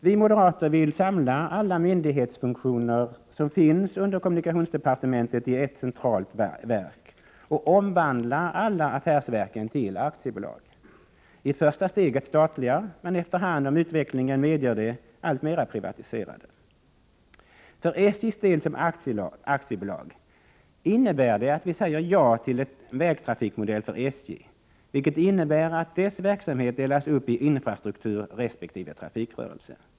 Vi moderater vill samla alla myndighetsfunktioner som finns under kommunikationsdepartementet i ett centralt verk och omvandla alla affärsverken till aktiebolag, i det första steget statliga men, efter hand som utvecklingen medger det, alltmera privatiserade. För SJ:s del betyder det att vi säger ja till en vägtrafikmodell för SJ som aktiebolag som innebär att dess verksamhet delas upp i infrastruktur resp. trafikrörelse.